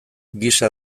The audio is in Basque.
gisa